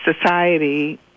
society